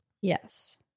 Yes